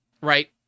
Right